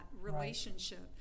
relationship